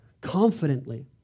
confidently